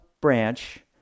branch